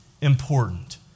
important